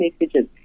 messages